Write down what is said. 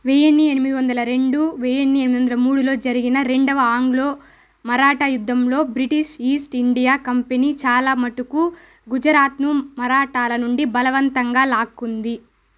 వెయ్యిన్ని ఎనిమిది వందల రెండు వెయ్యిన్ని ఎనిమిది వందల మూడులో జరిగిన రెండవ ఆంగ్లో మరాఠా యుద్ధంలో బ్రిటిష్ ఈస్ట్ ఇండియా కంపెనీ చాలా మటుకు గుజరాత్ను మరాఠాల నుండి బలవంతంగా లాక్కుంది